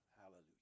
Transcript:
hallelujah